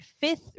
fifth